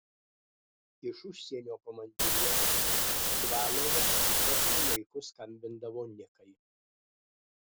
iš užsienio komandiruočių čvanovas įprastu laiku skambindavo nikai